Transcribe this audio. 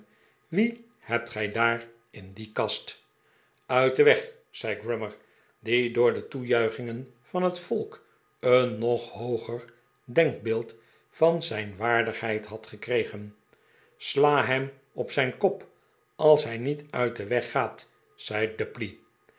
wien hebt gij daar in die kast uit den weg zei grummer die door de toejuichingen van het volk een nog hooger denkbeeld van zijn waardigheid had gekregen sla hem op zijn kop als hij niet uit den weg gaat zei